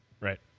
right